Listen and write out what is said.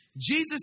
Jesus